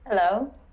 Hello